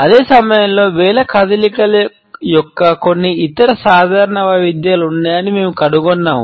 అదే సమయంలో వేలు కదలికల యొక్క కొన్ని ఇతర సాధారణ వైవిధ్యాలు ఉన్నాయని మేము కనుగొన్నాము